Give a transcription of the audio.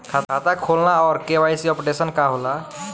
खाता खोलना और के.वाइ.सी अपडेशन का होला?